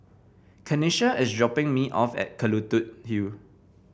Kenisha is dropping me off at Kelulut Hill